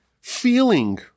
feeling